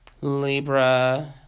Libra